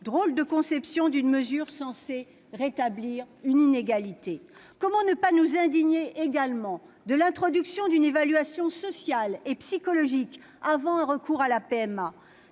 Drôle de conception d'une mesure censée rétablir une « inégalité »... Comment ne pas nous indigner, également, de l'introduction d'une évaluation sociale et psychologique avant un recours à la PMA ?